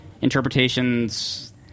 interpretations